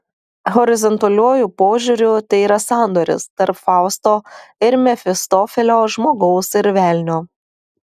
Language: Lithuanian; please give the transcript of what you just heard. horizontaliuoju požiūriu tai yra sandoris tarp fausto ir mefistofelio žmogaus ir velnio